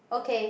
okay